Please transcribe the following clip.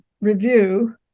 review